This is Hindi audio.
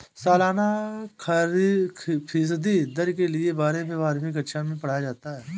सालाना फ़ीसदी दर के बारे में बारहवीं कक्षा मैं पढ़ाया जाता है